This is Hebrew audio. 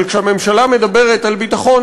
אבל כשהממשלה מדברת על ביטחון,